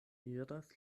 iras